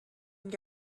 been